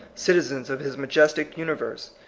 citizens of his majestic universe,